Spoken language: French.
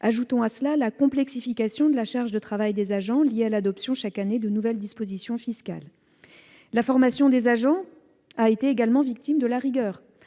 Ajoutons à cela la complexification de la charge de travail des agents liée à l'adoption chaque année de nouvelles dispositions fiscales. La formation des agents a également été victime de la rigueur,